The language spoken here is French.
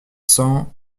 cent